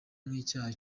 nk’icyaha